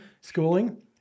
schooling